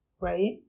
Right